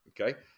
okay